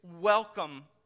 welcome